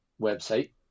website